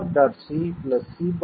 b'